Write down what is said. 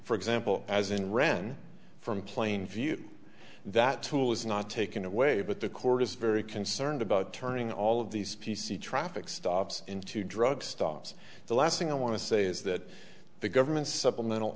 for example as in ran from plain view that tool is not taken away but the court is very concerned about turning all of these p c traffic stops into drug stops the last thing i want to say is that the government supplemental